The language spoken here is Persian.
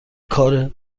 کار